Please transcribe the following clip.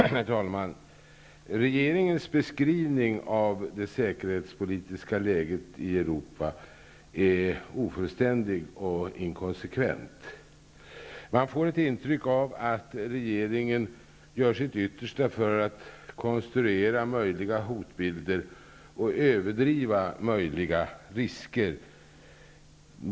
Herr talman! Regeringens beskrivning av det säkerhetspolitiska läget i Europa är ofullständig och inkonsekvent. Man får ett intryck av att regeringen gör sitt yttersta för att konstruera möjliga hotbilder och överdriva möjliga risker.